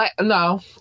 no